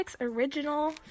original